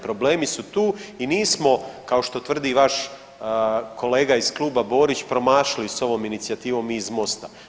Problemi su tu i nismo kao što tvrdi vaš kolega iz kluba Borić promašili sa ovom inicijativom mi iz MOST-a.